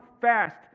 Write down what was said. fast